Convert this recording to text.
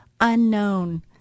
unknown